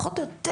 פחות או יותר,